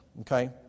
Okay